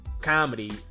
comedy